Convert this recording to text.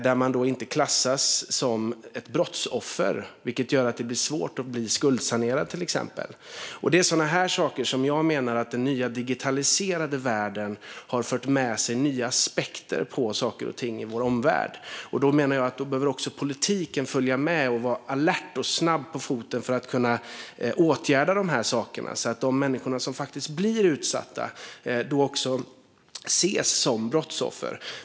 Där klassas man då inte som ett brottsoffer, vilket gör att det till exempel blir svårt att bli skuldsanerad. Det är sådana saker som jag menar att den nya digitaliserade världen har fört med sig. Det är nya aspekter på saker och ting i vår omvärld. Då menar jag att politiken behöver följa med och vara alert och snabb på foten för att kunna åtgärda dessa saker, så att de människor som blir utsatta också ses som brottsoffer.